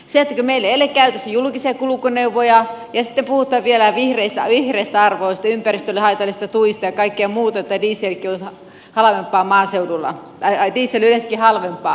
meillä ei ole käytössä julkisia kulkuneuvoja ja sitten puhutaan vielä vihreistä arvoista ympäristölle haitallisista tuista ja kaikkea muuta että dieselkin on yleensäkin halvempaa